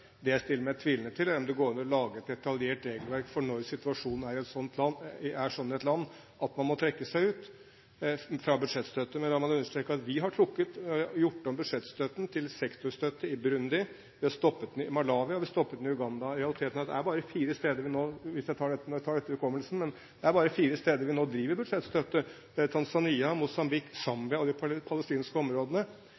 Det jeg stiller meg tvilende til, er om det går an å lage et detaljert regelverk for når situasjonen er sånn i et land at man må trekke ut budsjettstøtten. Men la meg understreke at vi har gjort om budsjettstøtten til sektorstøtte i Burundi. Vi har stoppet den i Malawi, og vi har stoppet den i Uganda. I realiteten er det bare fire steder vi nå – jeg tar det etter hukommelsen – driver med budsjettstøtte. Det er